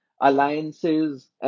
alliances